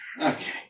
Okay